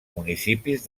municipis